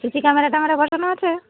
CC camera ট্যামেরা বসানো আছে